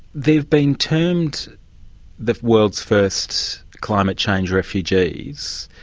they've been termed the world's first climate change refugees,